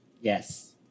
Yes